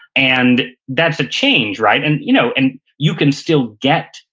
and that's a change, right? and you know and you can still get,